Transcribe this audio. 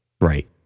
Right